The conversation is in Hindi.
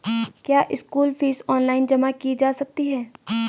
क्या स्कूल फीस ऑनलाइन जमा की जा सकती है?